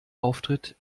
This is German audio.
auftritt